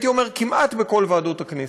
הייתי אומר, כמעט בכל ועדות הכנסת,